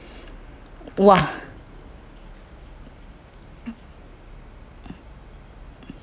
!wah!